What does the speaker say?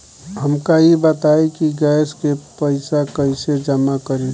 हमका ई बताई कि गैस के पइसा कईसे जमा करी?